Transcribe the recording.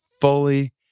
fully